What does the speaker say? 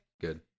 good